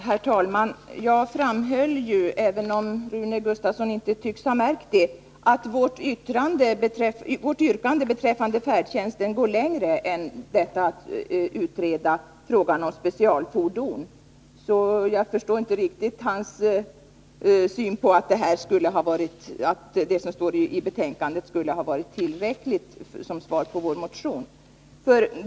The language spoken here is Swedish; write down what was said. Herr talman! Jag framhöll ju, även om Rune Gustavsson inte tycks ha märkt det, att vårt yrkande beträffande färdtjänsten går längre än till att utreda frågan om specialfordon. Jag förstår därför inte riktigt att Rune Gustavsson anser att det som står i betänkandet skulle ha varit tillräckligt som svar på vår motion.